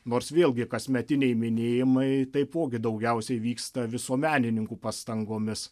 nors vėlgi kasmetiniai minėjimai taipogi daugiausiai vyksta visuomenininkų pastangomis